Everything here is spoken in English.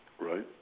right